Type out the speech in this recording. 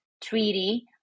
treaty